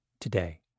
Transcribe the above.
today